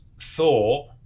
thought